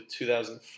2005